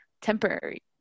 temporary